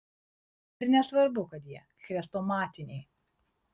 ir nesvarbu kad jie chrestomatiniai